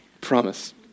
Promise